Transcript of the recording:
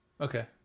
Okay